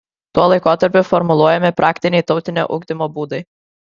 tuo laikotarpiu formuluojami praktiniai tautinio ugdymo būdai